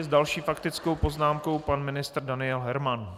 S další faktickou poznámkou pan ministr Daniel Herman.